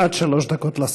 עד שלוש דקות לשר.